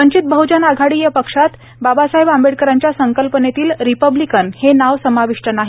वंचित बहजन आघाडी या पक्षात बाबासाहेब आंबेडकरांच्या संकल्पनेतील रिपब्लिकन हे नाव समाविष्ट नाही